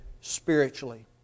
spiritually